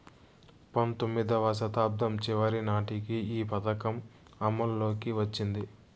పంతొమ్మిదివ శతాబ్దం చివరి నాటికి ఈ పథకం అమల్లోకి వచ్చింది